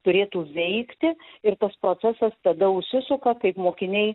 turėtų veikti ir tas procesas tada užsisuka kaip mokiniai